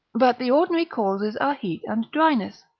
but the ordinary causes are heat and dryness,